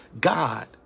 God